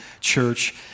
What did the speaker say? church